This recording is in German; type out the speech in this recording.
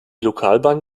lokalbahn